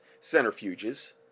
centrifuges